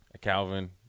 Calvin